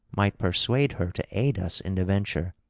might persuade her to aid us in the venture.